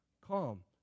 Calm